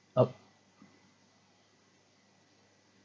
uh